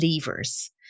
levers